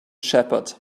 shepherd